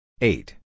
eight